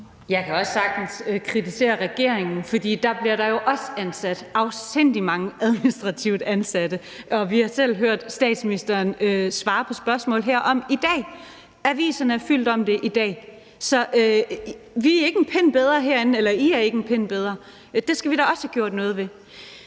Jeg kan også sagtens kritisere regeringen, for dér bliver der jo også ansat afsindig mange administrativt ansatte, og vi har selv hørt statsministeren svare på spørgsmål herom i dag. Aviserne er fyldt med det i dag. Så vi er ikke en pind bedre herinde, eller I er ikke en pind bedre. Det skal vi da også have gjort noget ved.